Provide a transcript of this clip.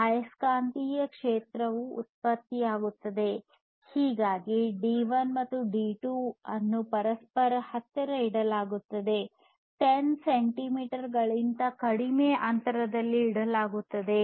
ಆಯಸ್ಕಾಂತೀಯ ಕ್ಷೇತ್ರವು ಉತ್ಪತ್ತಿಯಾಗುತ್ತದೆ ಹೀಗಾಗಿ ಡಿ1 ಮತ್ತು ಡಿ2 ಅನ್ನು ಪರಸ್ಪರ ಹತ್ತಿರ ಇಡಲಾಗುತ್ತದೆ 10 ಸೆಂಟಿಮೀಟರ್ಗಳಿಗಿಂತ ಕಡಿಮೆ ಅಂತರದಲ್ಲಿ ಇಡಲಾಗುತ್ತದೆ